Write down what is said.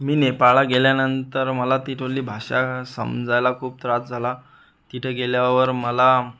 मी नेपाळला गेल्यानंतर मला तिथली भाषा समजायला खूप त्रास झाला तिथं गेल्यावर मला